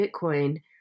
Bitcoin